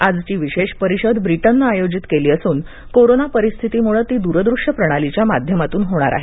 आजची विशेष परिषद ब्रिटननं आयोजित केली असून कोरोना परिस्थितीमुळं ती दूरदृश्य प्रणालीच्या माध्यमातून होणार आहे